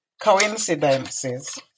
coincidences